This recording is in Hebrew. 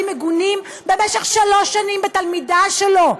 מגונים במשך שלוש שנים בתלמידה שלו,